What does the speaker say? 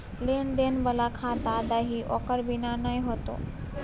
लेन देन बला खाता दही ओकर बिना नै हेतौ